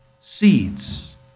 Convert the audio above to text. seeds